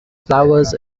flowers